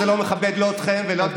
אני חושב שזה לא מכבד לא אתכם ולא את